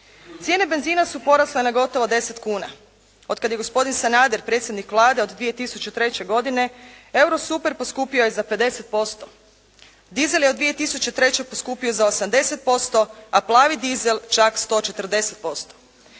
Cijene benzina su porasle na gotovo 10 kuna. Od kada je gospodin Sanader predsjednik Vlade od 2003. godine, euro super poskupio je za 50%. Dizel je od 2003. poskupio za 80%, a plavi dizel čak 140%.